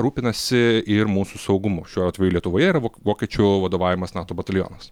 rūpinasi ir mūsų saugumu šiuo atveju lietuvoje yra vok vokiečių vadovaujamas nato batalionas